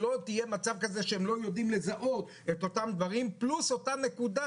שלא יהיה מצב כזה שהם לא יודעים לזהות את אותם דברים; פלוס אותה נקודה,